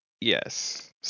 Yes